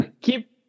Keep